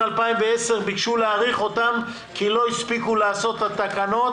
2010 ביקשו להאריך אותן כי לא הספיקו לעשות את התקנות